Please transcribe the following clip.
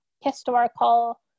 historical